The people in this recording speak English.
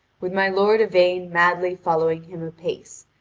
with my lord yvain madly following him apace,